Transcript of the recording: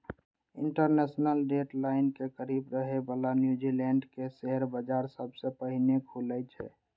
international date line के करीब रहै बला न्यूजीलैंड के शेयर बाजार सबसं पहिने खुलै छै